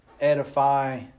edify